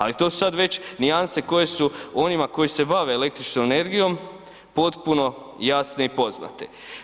Ali to su sad već nijanse koje su onima koji se bave električnom energijom potpuno jasne i poznate.